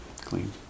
clean